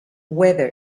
whether